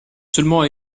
seulement